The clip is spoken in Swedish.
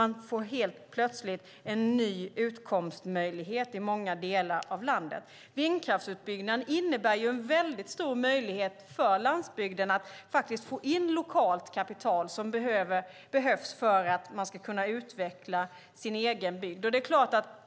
Man får helt plötsligt en ny utkomstmöjlighet i många delar av landet. Vindkraftsutbyggnaden innebär en väldigt stor möjlighet för landsbygden att få in lokalt kapital som behövs för att man ska kunna utveckla sin egen bygd.